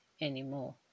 anymore